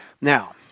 Now